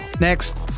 Next